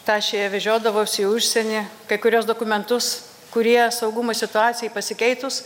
tašėje vežiodavausi į užsienį kai kuriuos dokumentus kurie saugumo situacijai pasikeitus